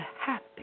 happy